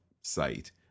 site